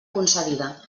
concedida